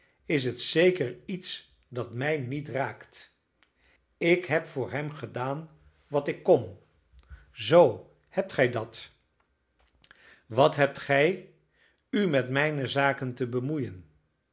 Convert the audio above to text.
is het zeker iets dat mij niet raakt ik heb voor hem gedaan wat ik kon zoo hebt gij dat wat hebt gij u met mijne zaken te bemoeien